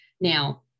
Now